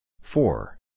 Four